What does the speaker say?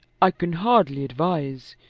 i can hardly advise,